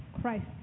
Christ